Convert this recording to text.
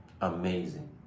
amazing